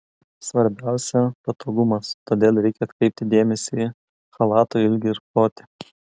svarbiausia patogumas todėl reikia atkreipti dėmesį į chalato ilgį ir plotį